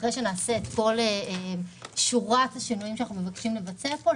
אחרי שנעשה את שורת השינויים שאנחנו מבקשים לבצע פה,